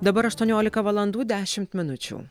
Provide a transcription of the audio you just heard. dabar aštuoniolika valandų dešimt minučių